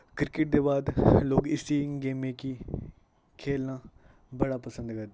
cricket दे बाद लोक इस गेम गी खेल्लना पसंद करदे न